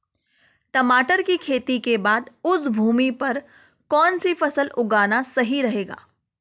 टमाटर की खेती के बाद उस भूमि पर कौन सी फसल उगाना सही रहेगा?